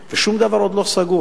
עוד לפנינו ושום דבר עוד לא סגור.